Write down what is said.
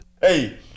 Hey